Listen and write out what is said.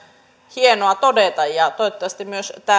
hienoa todeta ja toivottavasti myös